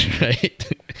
Right